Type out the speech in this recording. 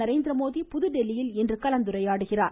நரேந்திரமோடி புதுதில்லியில் இன்று கலந்துரையாடுகிறார்